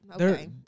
okay